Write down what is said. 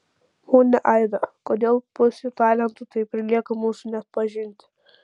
ponia aida kodėl pusė talentų taip ir lieka mūsų nepažinti